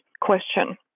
question